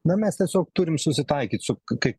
na mes tiesiog turim susitaikyt su kai